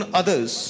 others